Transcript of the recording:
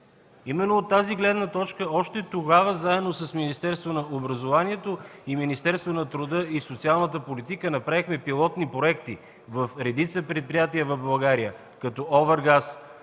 Именно от тази гледна точка още тогава заедно с Министерството на образование и Министерството на труда и социалната политика направихме пилотни проекти в редица предприятия в България като „Овергаз”,